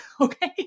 Okay